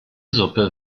suppe